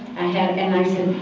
and i said,